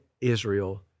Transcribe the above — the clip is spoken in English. Israel